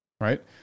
right